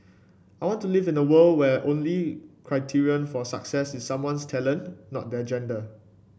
I want to live in a world where only criterion for success is someone's talent not their gender